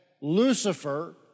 Lucifer